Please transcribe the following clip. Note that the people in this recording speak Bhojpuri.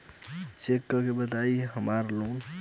चेक से कट जाई की ना हमार लोन?